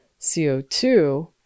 CO2